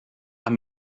amb